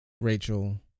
Rachel